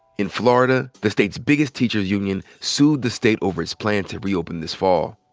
in florida the state's biggest teachers union sued the state over its plan to reopen this fall.